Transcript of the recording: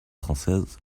française